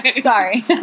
Sorry